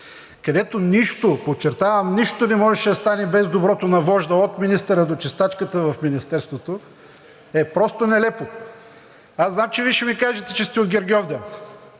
където нищо, подчертавам, нищо не можеше да стане без доброто на вожда – от министъра до чистачката в министерството, е просто нелепо. Знам, че Вие ще ми кажете, че сте от „Гергьовден“,